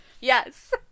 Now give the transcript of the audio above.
Yes